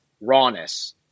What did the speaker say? rawness